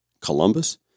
Columbus